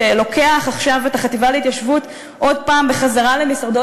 שלוקח עכשיו את החטיבה להתיישבות עוד פעם בחזרה למשרדו,